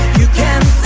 u can